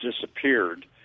disappeared